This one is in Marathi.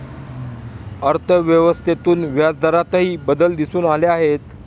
अर्थव्यवस्थेतून व्याजदरातही बदल दिसून आले आहेत